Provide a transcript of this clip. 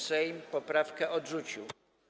Sejm poprawkę odrzucił.